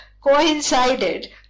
coincided